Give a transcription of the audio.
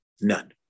none